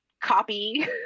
copy